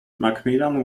mcmillan